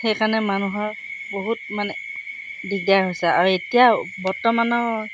সেইকাৰণে মানুহৰ বহুত মানে দিগদাৰ হৈছে আৰু এতিয়াও বৰ্তমানৰ